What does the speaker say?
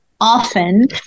often